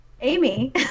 amy